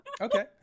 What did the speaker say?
okay